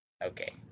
Okay